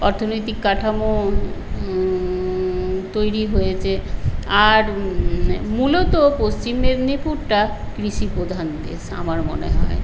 অর্থনৈতিক কাঠামো তৈরি হয়েছে আর মূলত পশ্চিম মেদিনীপুরটা কৃষিপ্রধান দেশ আমার মনে হয়